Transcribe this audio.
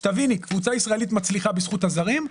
קבוצה ישראלית מצליחה בזכות הזרים,